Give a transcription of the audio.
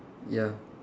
ya